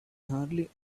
hardly